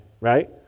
right